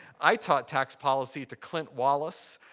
i taught tax policy to clint wallace,